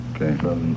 okay